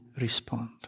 respond